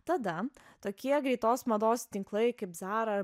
tada tokie greitos mados tinklai kaip zara